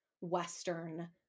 Western